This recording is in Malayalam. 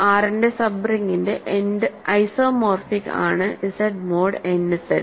R ന്റെ സബ് റിങിന്റെ ഐസോമോർഫിക് ആണ് Z മോഡ് n Z